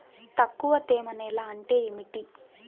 తక్కువ తేమ నేల అంటే ఏమిటి?